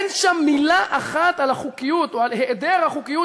אין שם מילה אחת על החוקיות או על היעדר החוקיות